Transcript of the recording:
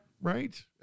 Right